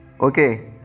Okay